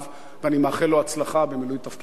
ואני מאחל לו הצלחה במילוי תפקידיו הבאים.